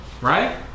right